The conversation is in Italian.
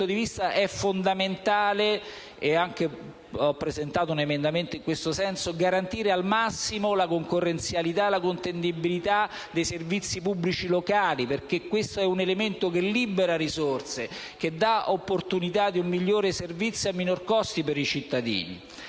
un emendamento in questo senso - garantire al massimo la concorrenzialità e la contendibilità dei servizi pubblici locali, perché questo è un elemento che libera risorse, che dà opportunità di un migliore servizio a un minor costo per i cittadini.